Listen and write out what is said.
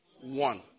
one